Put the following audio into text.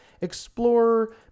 explorer